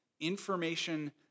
information